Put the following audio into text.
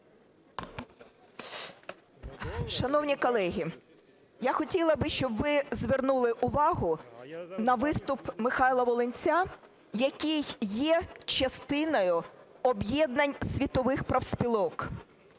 Шановні колеги, я хотіла би, щоб ви звернули увагу на виступ Михайла Волинця, який є частиною об'єднань світових профспілок.